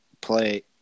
play –